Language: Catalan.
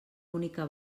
única